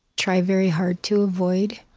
try very hard to avoid.